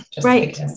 Right